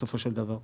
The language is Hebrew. בסופו של דבר,